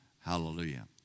Hallelujah